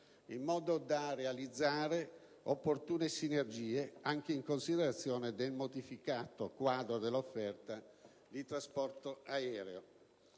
in modo da realizzare opportune sinergie anche in considerazione del modificato quadro dell'offerta di trasporto aereo.